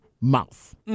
mouth